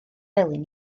elin